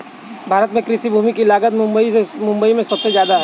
भारत में कृषि भूमि की लागत मुबई में सुबसे जादा है